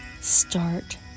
Start